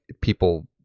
people